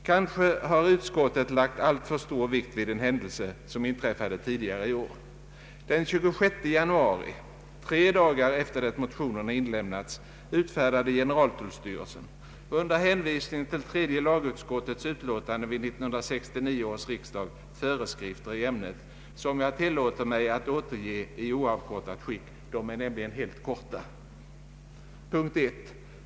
Kanske har utskottet lagt alltför stor vikt vid en händelse som inträffade tidigare i år. Den 26 januari, tre dagar efter det motionerna inlämnats, utfärdade gene raltullstyrelsen under hänvisning till tredje lagutskottets utlåtande vid 1969 års riksdag föreskrifter i ämnet som jag tillåter mig att återge i oavkortat skick — de är nämligen helt korta: ”1.